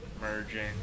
merging